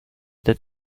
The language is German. der